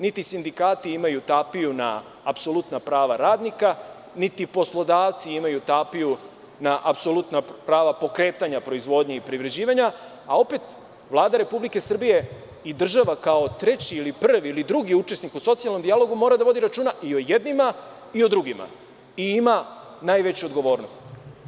Niti sindikati imaju tapiju na apsolutna prava radnika, niti poslodavci imaju tapiju na apsolutna prava pokretanja proizvodnje i privređivanja, a opet Vlada Republike Srbije i država kao treći, prvi ili drugi učesnik u socijalnom dijalogu mora da vodi računa i o jednima i o drugima i ima najveću odgovornost.